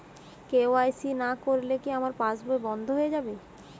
KYC না করলে কি আমার পাশ বই বন্ধ হয়ে যাবে?